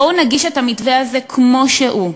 בואו נגיש את המתווה הזה כמו שהוא,